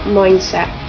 mindset